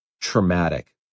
traumatic